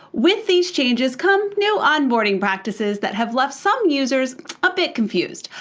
with these changes come new onboarding practices that have left some users a bit confused.